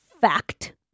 fact